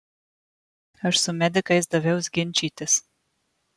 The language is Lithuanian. aš su medikais daviaus ginčytis